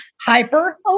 hyper